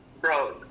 Bro